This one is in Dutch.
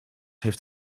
heeft